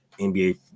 NBA